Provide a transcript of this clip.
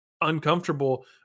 uncomfortable